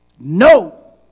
no